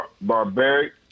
barbaric